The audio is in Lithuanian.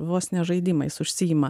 vos ne žaidimais užsiima